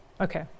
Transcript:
Okay